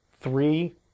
three